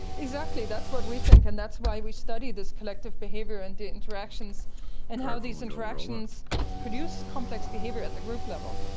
exactly, that's what we think, and that's why we study this collective behaviour and interactions and how these interactions produce complex behaviour at the group level.